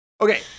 Okay